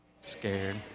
scared